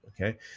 okay